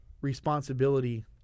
responsibility